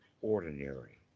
ordinary